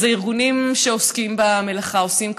הארגונים שעוסקים במלאכה עושים,